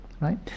Right